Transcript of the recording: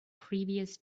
previous